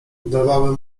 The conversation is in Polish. udawały